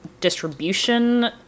distribution